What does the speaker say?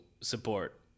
support